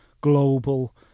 global